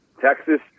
Texas